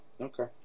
okay